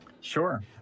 Sure